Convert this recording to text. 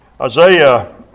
Isaiah